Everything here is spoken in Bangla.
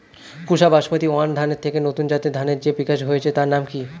পুসা বাসমতি ওয়ান ধানের থেকে নতুন জাতের ধানের যে বিকাশ হয়েছে তার নাম কি?